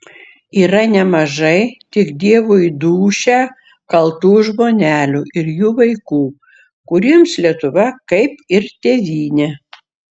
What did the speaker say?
yra nemažai tik dievui dūšią kaltų žmonelių ir jų vaikų kuriems lietuva kaip ir tėvynė